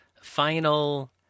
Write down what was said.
final